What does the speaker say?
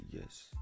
yes